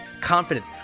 confidence